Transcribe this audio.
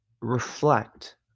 reflect